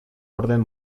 orden